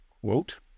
quote